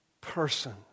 person